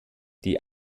die